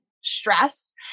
stress